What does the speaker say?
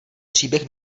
příběh